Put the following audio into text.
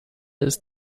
ist